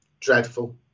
dreadful